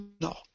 no